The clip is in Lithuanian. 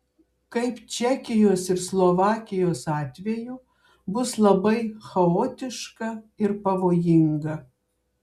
kaip čekijos ir slovakijos atveju bus labai chaotiška ir pavojinga